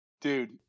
dude